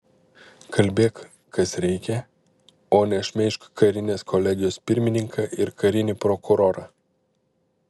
kalbėk kas reikia o ne šmeižk karinės kolegijos pirmininką ir karinį prokurorą